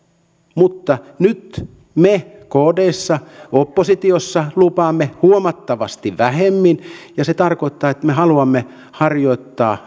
mutta nyt me kdssa oppositiossa lupaamme huomattavasti vähemmän ja se tarkoittaa että me haluamme harjoittaa